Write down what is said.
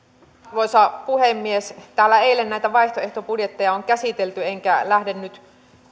arvoisa puhemies täällä eilen näitä vaihtoehtobudjetteja on käsitelty enkä lähde nyt